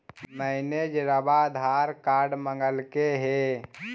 मैनेजरवा आधार कार्ड मगलके हे?